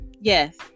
Yes